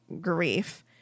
grief